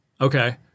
Okay